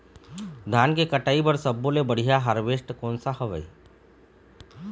धान के कटाई बर सब्बो ले बढ़िया हारवेस्ट कोन सा हवए?